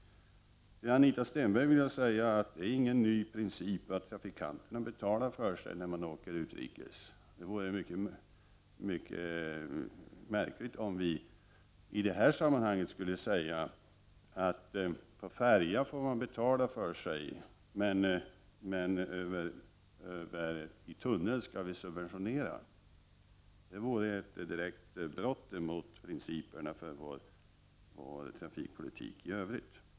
Till Anita Stenberg vill jag säga att det inte är någon ny princip att trafikanterna betalar för sig när de åker utrikes. Det vore mycket märkligt om vi i detta sammanhang skulle säga att på färja får man betala för sig, men i tunneln skall vi subventionera. Det vore ett direkt brott mot principerna för vår trafikpolitik i övrigt.